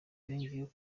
yongeyeho